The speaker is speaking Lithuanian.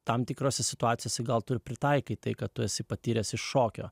tam tikrose situacijose gal tu ir pritaikai tai ką tu esi patyręs iš šokio